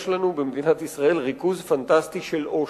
יש לנו במדינת ישראל ריכוז פנטנסטי של עושר.